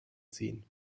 ziehen